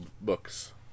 books